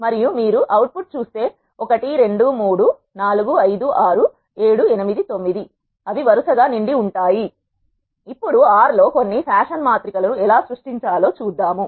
మరియు మీరు అవుట్పుట్ చూస్తే 1 2 3 4 5 6 7 8 9 అవి వరుసగా నిండి ఉంటాయి ఇప్పుడు ఆర్ లో కొన్ని ఫ్యాషన్ మాత్రిక ల ను ఎలా సృష్టించాలో చూద్దాం